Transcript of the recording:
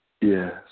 Yes